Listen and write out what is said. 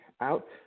out